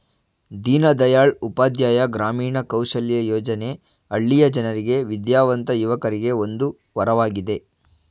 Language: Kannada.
ದೀನದಯಾಳ್ ಉಪಾಧ್ಯಾಯ ಗ್ರಾಮೀಣ ಕೌಶಲ್ಯ ಯೋಜನೆ ಹಳ್ಳಿಯ ಜನರಿಗೆ ವಿದ್ಯಾವಂತ ಯುವಕರಿಗೆ ಒಂದು ವರವಾಗಿದೆ